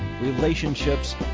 relationships